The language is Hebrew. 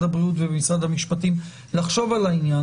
הבריאות ומשרד המשפטים לחשוב על העניין,